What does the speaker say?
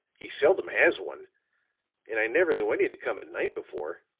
he seldom has one and i never knew any to come at night before.